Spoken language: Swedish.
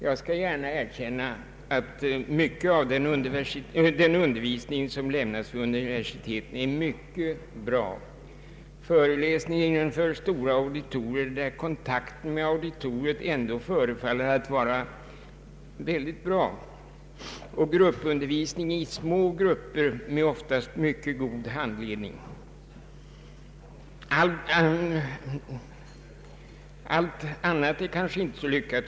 Jag vill gärna säga att mycket av den undervisning som lämnas vid universiteten är bra; föreläsningar, där auditoriet är visserligen mycket stort, men där kontakten ändå förefaller vara ganska bra, och gruppundervisning i små grupper med oftast mycket god handledning. Men all annan undervisning är kanske inte så lyckad.